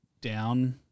down